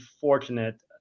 fortunate